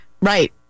Right